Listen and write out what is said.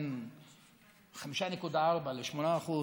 מ-5.4 ל-8%,